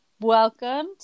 welcome